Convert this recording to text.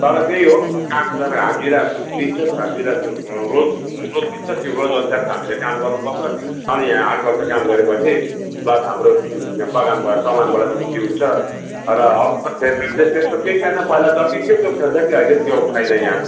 तर त्यही हो काम गरेर हाजिरा दिन्छ त्यो हाजिरा रोज रोज दिन्छ त्यो रोज अनुसारको हामीले काम गर्नु पर्छ अनि आठ घन्टा काम गरेपछि बस् हाम्रो बगानबाट कमानबाट छुट्टी हुन्छ र अब त त्यस्तो केही छैन पहिला जति थियो त्यो अहिले त्यो छैन यहाँ